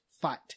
fight